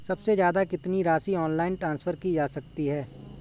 सबसे ज़्यादा कितनी राशि ऑनलाइन ट्रांसफर की जा सकती है?